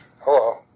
hello